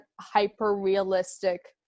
hyper-realistic